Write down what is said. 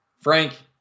Frank